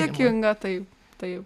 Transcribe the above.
dėkinga taip taip